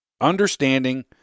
Understanding